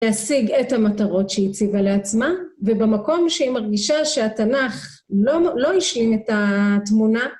להשיג את המטרות שהיא הציבה לעצמה, ובמקום שהיא מרגישה שהתנ״ך לא השלים את התמונה.